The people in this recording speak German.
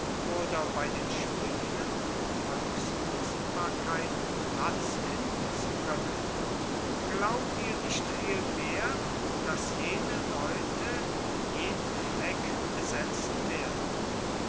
oder bei den spielen und volkslustbarkeiten platz finden zu können glaubt ihr nicht vielmehr daß jene leute jeden fleck besetzen werden